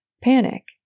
panic